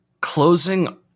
closing